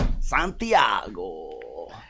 Santiago